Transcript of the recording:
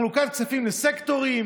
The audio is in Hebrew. חלוקת כספים לסקטורים,